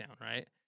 right